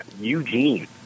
Eugene